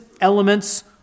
elements